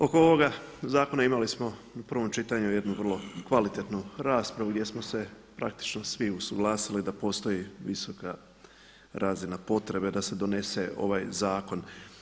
Oko ovoga zakona imali smo u prvom jednu vrlo kvalitetnu raspravu gdje smo se praktično svi usuglasili da postoji visoka razina potrebe da se donese ovaj zakon.